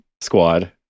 squad